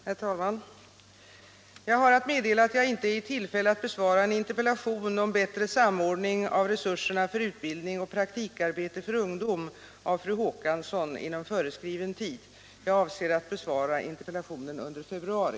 Herr talman! Jag har att meddela att jag inte är i tillfälle att inom föreskriven tid besvara en interpellation av fru Håkansson om bättre samordning av resurserna för utbildning och praktikarbete för ungdom. Jag avser att besvara interpellationen under februari.